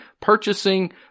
purchasing